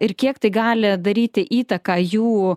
ir kiek tai gali daryti įtaką jų